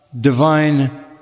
divine